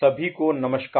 सभी को नमस्कार